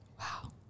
Wow